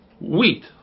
wheat